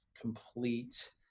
complete